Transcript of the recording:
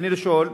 רצוני לשאול: